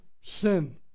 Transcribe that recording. sin